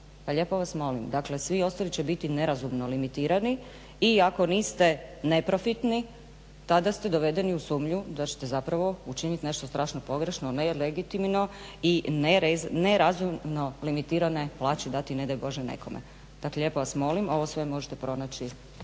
lijepo vas molim dakle svi ostali će biti nerazumno limitirani i ako niste neprofitni tada ste dovedeni u sumnju da ćete zapravo učiniti nešto strašno pogrešno nelegitimno i nerazumno limitirane plaće dati ne daj Bože nekome. Dakle lijepo vas molim ovo sve možete pronaći